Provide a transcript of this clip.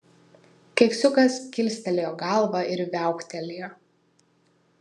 keksiukas kilstelėjo galvą ir viauktelėjo